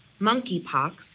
monkeypox